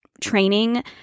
training